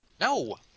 No